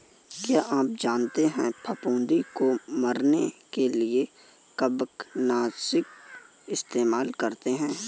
क्या आप जानते है फफूंदी को मरने के लिए कवकनाशी इस्तेमाल करते है?